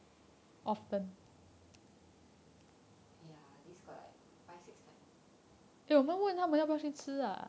ya at least got like five six times